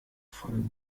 folgen